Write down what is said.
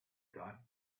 thought